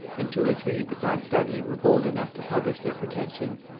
and two or three besides dudley were bold enough to publish their pretensions.